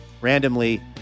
randomly